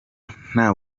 nta